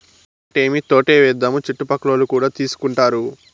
ఒక్కటేమీ తోటే ఏద్దాము చుట్టుపక్కలోల్లు కూడా తీసుకుంటారు